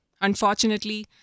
Unfortunately